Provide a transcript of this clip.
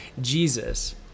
Jesus